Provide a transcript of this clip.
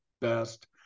best